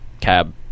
cab